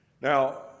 now